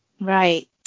Right